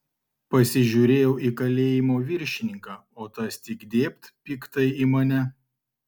pasižiūrėjau į kalėjimo viršininką o tas tik dėbt piktai į mane